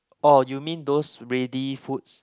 oh you mean those ready foods